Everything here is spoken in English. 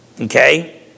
Okay